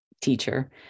teacher